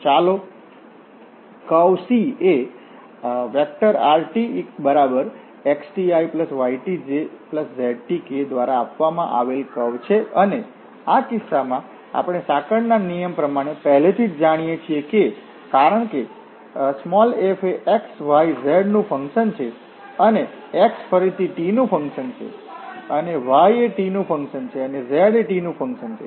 તો ચાલો C એ rtxtiytjztk દ્વારા આપવામાં આવેલ કર્વ છે અને આ કિસ્સામાં આપણે સાંકળના નિયમ પ્રમાણે પહેલેથી જ જાણીએ છીએ કે કારણ કે f એ x y z નું ફંકશન છે અને x એ ફરીથી t નું ફંક્શન છે અને y એ t નું ફંક્શન છે અને z એ t નું ફંક્શન છે